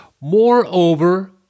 Moreover